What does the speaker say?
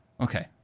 Okay